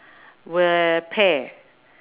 were paid